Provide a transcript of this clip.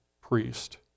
priest